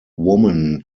woman